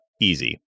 easy